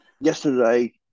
yesterday